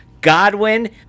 Godwin